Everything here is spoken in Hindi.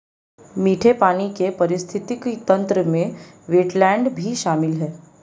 मीठे पानी के पारिस्थितिक तंत्र में वेट्लैन्ड भी शामिल है